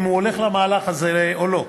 אם הוא הולך למהלך הזה או לא,